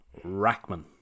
Rackman